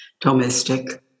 domestic